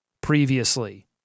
previously